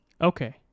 Okay